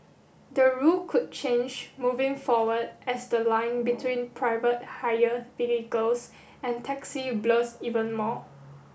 the rule could change moving forward as the line between private hire vehicles and taxis blurs even more